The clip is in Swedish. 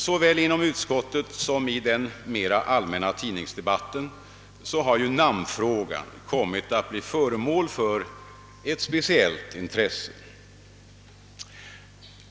Såväl inom utskottet som i den mera allmänna tidningsdebatten har ju namnfrågan kommit att bli föremål för ett speciellt intresse.